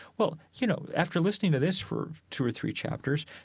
well, you know, after listening to this for two or three chapters,